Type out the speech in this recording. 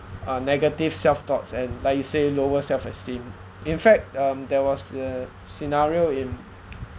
uh negative self thoughts and like you say lower self-esteem in fact um there was a scenario in